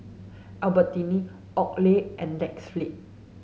Albertini Oakley and Netflix